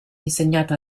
insegnata